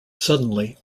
suddenly